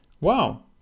Wow